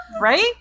Right